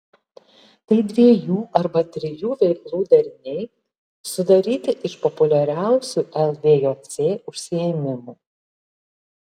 tai dviejų arba trijų veiklų deriniai sudaryti iš populiariausių lvjc užsiėmimų